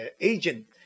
agent